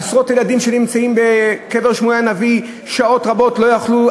עשרות ילדים שנמצאים בקבר שמואל הנביא שעות רבות לא יכלו,